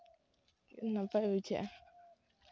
ᱱᱟᱯᱟᱭ ᱵᱩᱡᱷᱟᱹᱜᱼᱟ